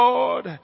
Lord